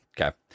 okay